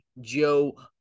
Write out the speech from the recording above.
Joe